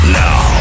now